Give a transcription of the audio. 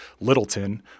Littleton